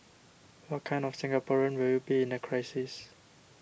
what kind of Singaporean will you be in a crisis